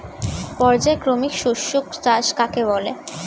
পর্যায়ক্রমিক শস্য চাষ কাকে বলে?